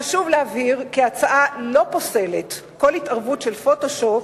חשוב להבהיר כי ההצעה לא פוסלת כל התערבות של "פוטושופ",